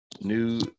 new